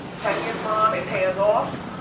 kenya's mom is hands off.